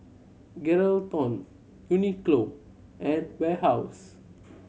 Geraldton Uniqlo and Warehouse